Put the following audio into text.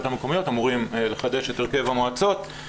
המקומיות אמורים לחדש את הרכב המועצות.